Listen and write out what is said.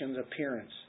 appearance